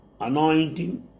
anointing